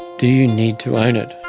do you need to own it?